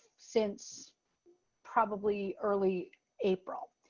since probably early april.